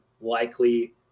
likely